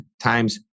times